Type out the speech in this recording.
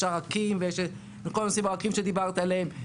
יש את כל הנושאים הרכים שדיברת עליהם,